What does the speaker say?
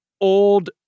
old